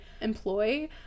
employ